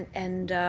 and and